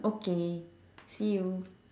okay see you